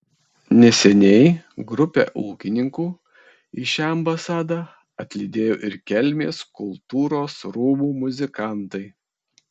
neseniai grupę ūkininkų į šią ambasadą atlydėjo ir kelmės kultūros rūmų muzikantai